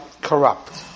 corrupt